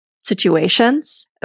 situations